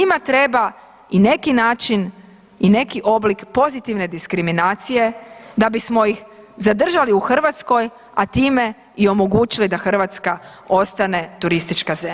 Njima treba i neki način i neki oblik pozitivne diskriminacije da bismo ih zadržali u Hrvatskoj, a time i omogućili da Hrvatska ostane turistička zemlja.